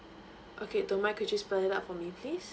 okay do mind could you spell it out for me please